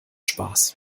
spaß